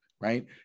right